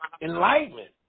enlightenment